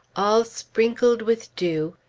all sprinkled with dew,